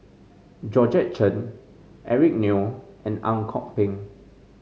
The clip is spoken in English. Georgette Chen Eric Neo and Ang Kok Peng